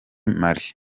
mali